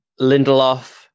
Lindelof